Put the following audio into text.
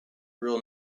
real